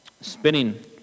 spinning